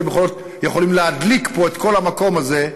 כי הם יכולים להדליק פה את כל המקום הזה,